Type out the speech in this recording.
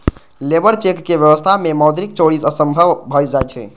labour check के व्यवस्था मे मौद्रिक चोरी असंभव भए जाइ छै